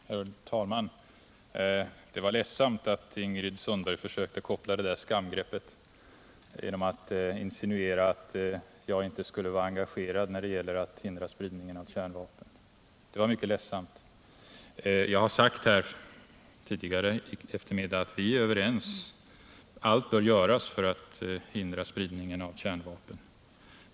Herr talman! Det var ledsamt att Ingrid Sundberg försökte koppla ett skamgrepp genom att insinuera att jag inte skulle vara engagerad i att försöka hindra en spridning av kärnvapnen. Det var mycket ledsamt. Jag har tidigare i eftermiddags sagt att vi är överens om att allt bör göras för att hindra spridningen av kärnvapen.